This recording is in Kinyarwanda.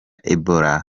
ebola